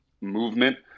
movement